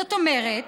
זאת אומרת